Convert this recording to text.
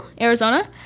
Arizona